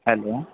hello